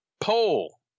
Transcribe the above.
pole